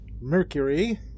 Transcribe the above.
Mercury